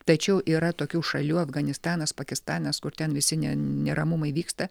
tačiau yra tokių šalių afganistanas pakistanas kur ten visi neramumai vyksta